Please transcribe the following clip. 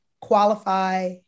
qualify